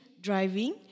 Driving